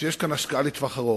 שיש כאן השקעה לטווח ארוך,